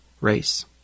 race